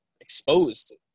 exposed